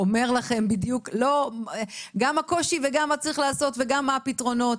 ואומר לכם בדיוק גם מה הקושי וגם מה צריך לעשות וגם מה הפתרונות.